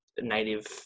native